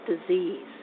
disease